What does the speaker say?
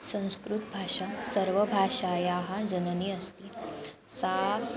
संस्कृतभाषा सर्वभाषायाः जननी अस्ति सा